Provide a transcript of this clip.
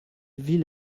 ville